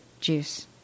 juice